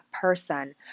person